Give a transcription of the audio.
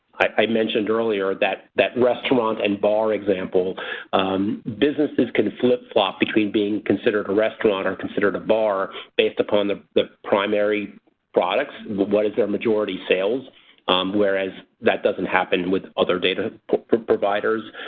i mentioned earlier that that restaurant and bar example businesses can flip-flop between being considered a restaurant or considered a bar based upon the the primary products, what is their majority of sales whereas that doesn't happen with other data providers.